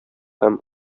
һәм